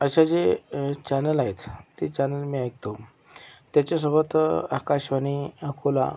असे जे चॅनल आहेत ते चॅनल मी ऐकतो त्याच्यासोबत आकाशवाणी अकोला